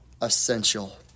essential